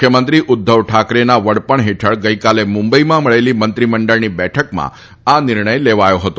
મુખ્યમંત્રી ઉદ્વવ ઠાકરેના વડપણ હેઠળ ગઈકાલે મુંબઈમાં મળેલી મંત્રીમંડળની બેઠકમાં આ નિર્ણય લેવાયો હતો